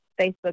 Facebook